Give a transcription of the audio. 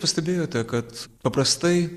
pastebėjote kad paprastai